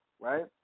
right